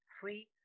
free